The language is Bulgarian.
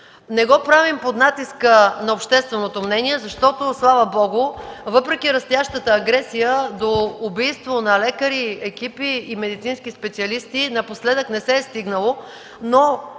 Не го правим под натиска на общественото мнение, защото, слава Богу, въпреки растящата агресия до убийство на лекари, екипи и медицински специалисти напоследък не се е стигнало, но